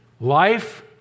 life